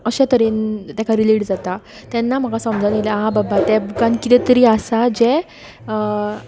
अशें तरेन ताका रिलेट जाता तेन्ना म्हाका समजून आयलें आं बाबा त्या बूकान कितें तरी आसा जें